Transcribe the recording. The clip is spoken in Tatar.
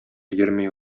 йөрми